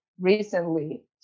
recently